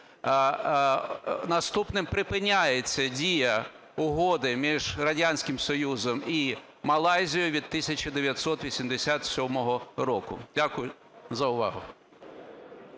"Наступним припиняється дія Угоди між Радянським Союзом і Малайзією від 1987 року". Дякую за увагу.